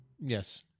Yes